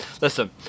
Listen